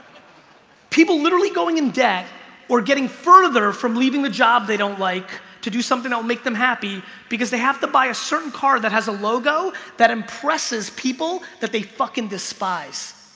people literally going in debt or getting further from leaving the job they don't like to do something they'll make them happy because they have to buy a certain car that has a logo that impresses people that they fucking despise